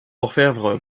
orfèvre